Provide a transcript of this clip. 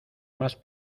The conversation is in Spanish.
más